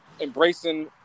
embracing